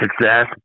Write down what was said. success